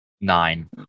Nine